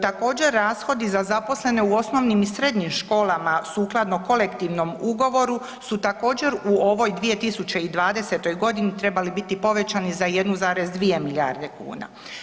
Također rashodi za zaposlene u osnovnim i srednjim školama, sukladno kolektivnom ugovoru su također u ovoj 2020. godini trebali biti povećani za 1,2 milijardu kuna.